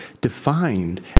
defined